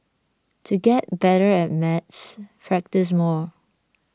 to get better at maths practise more